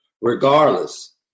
regardless